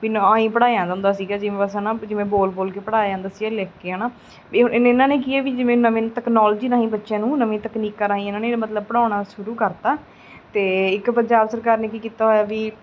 ਨਾ ਹੀ ਪੜ੍ਹਾਇਆ ਜਾਂਦਾ ਸੀਗਾ ਜਿਵੇਂ ਬਸ ਹੈ ਨਾ ਜਿਵੇਂ ਬੋਲ ਬੋਲ ਕੇ ਪੜ੍ਹਾਇਆ ਜਾਂਦਾ ਸੀ ਲਿਖ ਕੇ ਹੈ ਨਾ ਵੀ ਹੁਣ ਇਹ ਇਹਨਾਂ ਨੇ ਕੀ ਹੈ ਵੀ ਜਿਵੇਂ ਨਵੀਂ ਤਕਨੋਲਜੀ ਰਾਹੀਂ ਬੱਚਿਆਂ ਨੂੰ ਨਵੀਂਆਂ ਤਕਨੀਕਾਂ ਰਾਹੀਂ ਇਹਨਾਂ ਨੇ ਮਤਲਬ ਪੜ੍ਹਾਉਣਾ ਸ਼ੁਰੂ ਕਰਤਾ ਅਤੇ ਇੱਕ ਪੰਜਾਬ ਸਰਕਾਰ ਨੇ ਕੀ ਕੀਤਾ ਹੋਇਆ ਵੀ